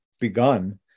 begun